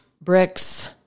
Bricks